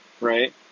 right